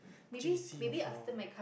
J_C you're from